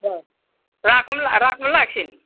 र राखौँ ल राख्नु ल एकछिन